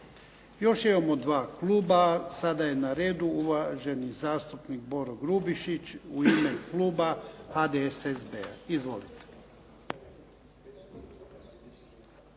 Još imamo dva kluba. Sada je na redu uvaženi zastupnik Boro Grubišić u ime Kluba HDSSB-a. Izvolite.